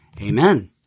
Amen